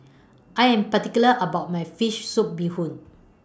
I Am particular about My Fish Soup Bee Hoon